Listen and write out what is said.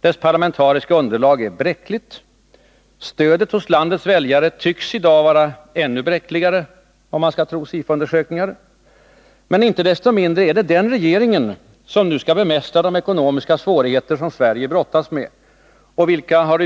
Dess parlamentariska underlag är bräckligt, stödet hos landets väljare tycks i dag vara ännu bräckligare, om man skall tro SIFO-undersökningar, men inte desto mindre är det den regeringen som skall bemästra de ekonomiska svårigheter som Sverige brottas med och vilka